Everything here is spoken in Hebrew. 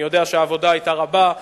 אני יודע שהעבודה היתה רבה,